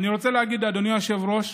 אדוני היושב-ראש,